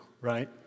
right